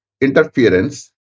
interference